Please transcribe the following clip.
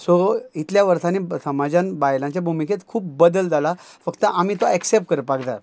so इतल्या वर्सांनी समाजान बायलांच्या भुमिकेत खूप बदल जाला फक्त आमी तो एक्सॅप्ट करपाक जाय